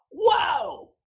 Whoa